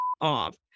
off